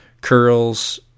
curls